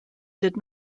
did